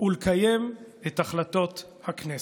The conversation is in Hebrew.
ולקיים את החלטות הכנסת.